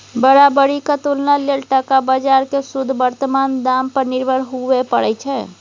बराबरीक तुलना लेल टका बजार केँ शुद्ध बर्तमान दाम पर निर्भर हुअए परै छै